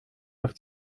auf